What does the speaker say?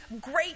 great